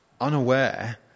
unaware